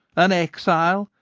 an exile,